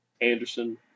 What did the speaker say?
Anderson